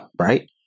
right